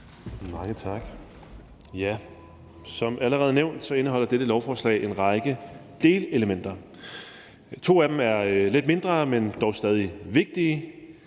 Mange tak. Som allerede nævnt indeholder dette lovforslag en række delelementer. To af dem er lidt mindre, men dog stadig vigtige,